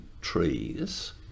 trees